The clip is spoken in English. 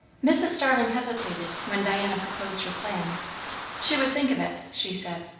mrs. starling hesitated, when diana proposed her plan she would think of it, she said.